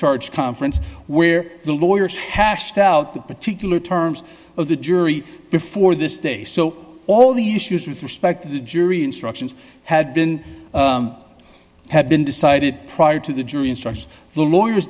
charge conference where the lawyers hashed out the particular terms of the jury before this day so all the issues with respect to the jury instructions had been had been decided prior to the jury instruction the lawyers